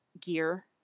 gear